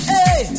Hey